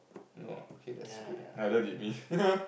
no okay that's great neither did me